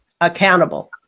accountable